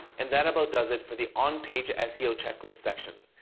and that about does it for the on-page seo checklist section.